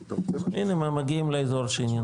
הנה, מגיעים לאזור.